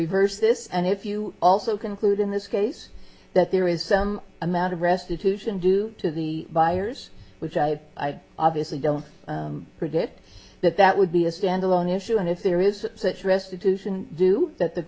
reverse this and if you also conclude in this case that there is some amount of restitution due to the buyers which i obviously don't read it that that would be a standalone issue and if there is such restitution do that the